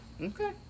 Okay